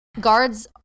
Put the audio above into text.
guards